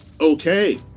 okay